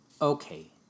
Okay